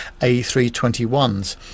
A321s